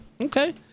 okay